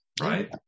right